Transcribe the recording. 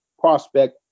prospect